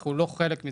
אנחנו לא חלק מזה.